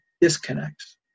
disconnects